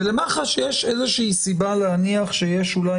ולמח"ש יש איזו שהיא סיבה להניח שיש אולי